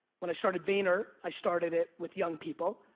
when i started vayner, i started it with young people,